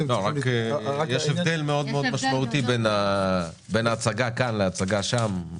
יש הבדל משמעותי מאוד בין ההצגה כאן להצגה שם.